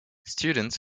students